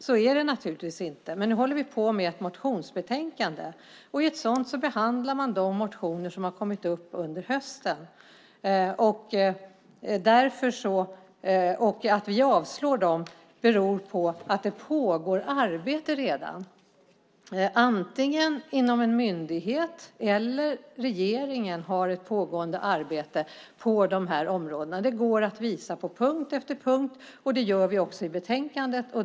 Så är det naturligtvis inte, men nu debatterar vi ett motionsbetänkande, och i ett sådant behandlas de motioner som väckts under hösten. Att vi avstyrker dem beror på att det redan pågår arbete inom en myndighet eller att regeringen har ett pågående arbete på dessa områden. Det går att visa på punkt efter punkt, och det gör vi också i betänkandet.